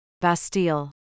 Bastille